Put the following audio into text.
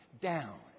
down